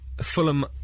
Fulham